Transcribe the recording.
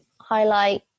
highlight